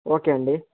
okay అండి